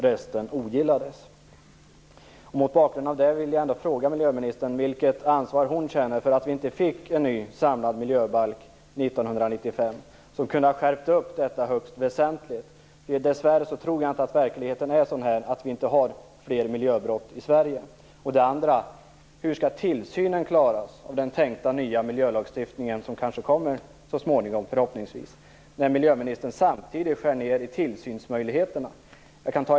Mot denna bakgrund vill jag ändå fråga miljöministern vilket ansvar hon känner för att vi inte fick en ny samlad miljöbalk 1995, som kunde ha skärpt upp detta högst väsentligt. Dessvärre tror jag inte att verkligheten är sådan att det inte begås fler miljöbrott i Sverige. Hur skall tillsynen klaras i den tänkta nya miljölagstiftningen, som förhoppningsvis kommer så småningom, när miljöministern samtidigt skär ned i tillsynsmöjligheterna?